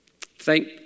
Thank